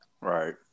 Right